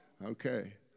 Okay